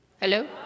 Hello